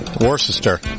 Worcester